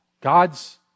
God's